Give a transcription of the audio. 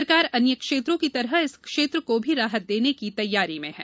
सरकार अन्य क्षेत्रों की तरह इस क्षेत्र को भी राहत देने की तैयारी में है